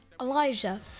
Elijah